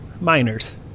miners